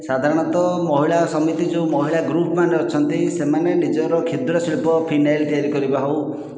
ସାଧାରଣତଃ ମହିଳା ସମିତି ଯେଉଁ ମହିଳା ଗ୍ରୁପ୍ ମାନେ ଅଛନ୍ତି ସେମାନେ ନିଜର କ୍ଷୁଦ୍ର ଶିଳ୍ପ ଫିନାଇଲ ତିଆରି କରିବା ହେଉ